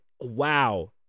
Wow